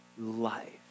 life